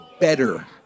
better